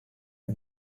and